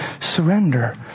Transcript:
surrender